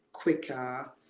quicker